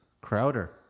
Crowder